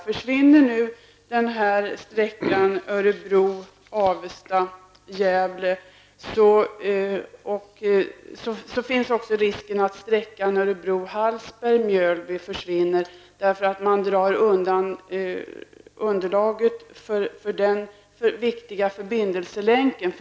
Försvinner trafiken på sträckan Örebro--Avesta--Gävle finns risken att sträckan Örebro--Hallberg--Mjölby försvinner därför att man drar undan underlaget för denna viktiga förbindelselänk.